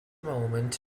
moment